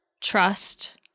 trust